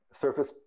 surface